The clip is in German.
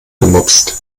gemopst